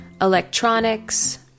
electronics